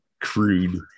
crude